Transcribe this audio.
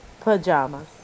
pajamas